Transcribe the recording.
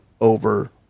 over